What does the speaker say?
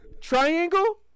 Triangle